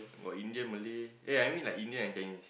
got Indian Malay eh I mean like Indian and Chinese